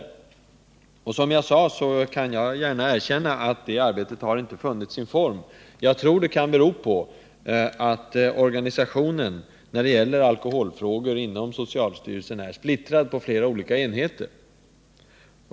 Som jag sade i mitt tidigare anförande kan jag gärna erkänna att det arbetet inte har funnit sin rätta form. Jag tror att det kan bero på att handläggningen av alkoholfrågor inom socialstyrelsen är splittrad på flera olika enheter.